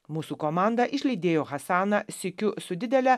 mūsų komanda išlydėjo hasaną sykiu su didele